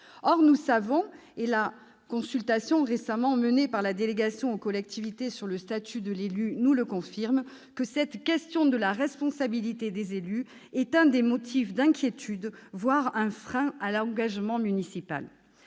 Or nous savons- et la consultation récemment menée par la délégation aux collectivités territoriales sur le statut de l'élu nous le confirme -que la question de la responsabilité des élus est un motif d'inquiétude, voire un frein à l'engagement municipal.